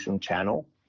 channel